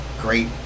great